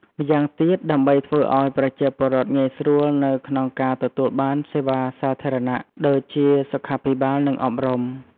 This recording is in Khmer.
ម្យ៉ាងទៀត ដើម្បីធ្វើឪ្យប្រជាពលរដ្ឋងាយស្រួលនៅក្នុងការទទួលបានសេវាសាធារណៈដូចជាសុខាភិបាល និងអប់រំ។